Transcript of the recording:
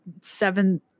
seven